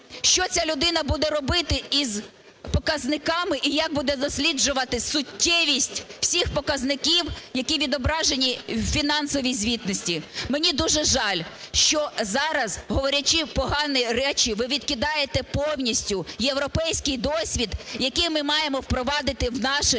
Що ця людина буде робити із показниками, і як буде досліджувати суттєвість всіх показників, які відображені в фінансовій звітності? Мені дуже жаль, що зараз, говорячи погані речі, ви відкидаєте повністю європейський досвід, який ми маємо впровадити в наше